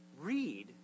read